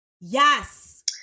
yes